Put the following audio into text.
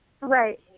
right